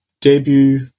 debut